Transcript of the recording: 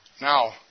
Now